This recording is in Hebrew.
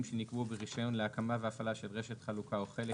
שנקבעו ברישיון להקמה של רשת חלוקה או חלק